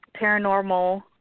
paranormal